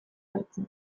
hartzen